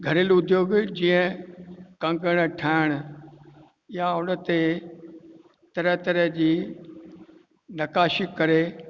घरेलू उद्योग जीअं कंगण ठाहिण या उनते तरह तरह जी नक़ाशी करे